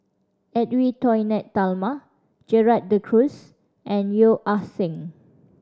Edwy Lyonet Talma Gerald De Cruz and Yeo Ah Seng